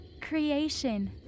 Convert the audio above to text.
Creation